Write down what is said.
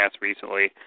recently